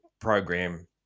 program